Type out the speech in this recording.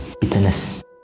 bitterness